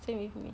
same with me